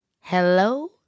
Hello